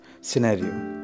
scenario